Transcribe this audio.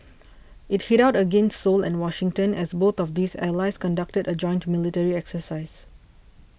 it hit out against Seoul and Washington as both of these allies conducted a joint military exercise